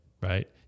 right